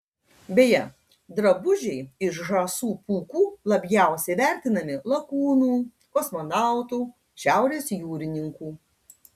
beje drabužiai iš žąsų pūkų labiausiai vertinami lakūnų kosmonautų šiaurės jūrininkų